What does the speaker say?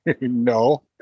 No